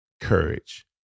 courage